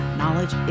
knowledge